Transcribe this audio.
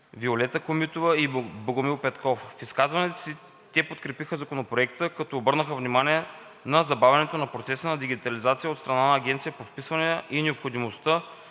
Виолета Комитова и Богомил Петков. В изказванията си те подкрепиха законопроекта, като обърнаха внимание на забавянето на процеса на дигитализация от страна на Агенцията по вписванията и необходимостта